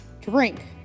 Drink